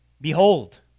Behold